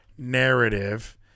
Narrative